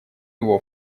его